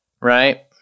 right